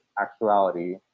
actuality